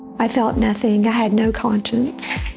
i felt nothing. i had no conscience.